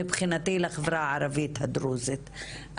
מבחינתי לחברה הערבית הדרוזית.